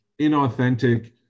inauthentic